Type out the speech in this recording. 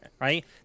Right